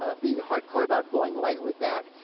ah be hardcore about going light with that.